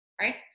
Right